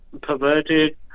perverted